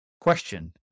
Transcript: question